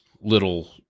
little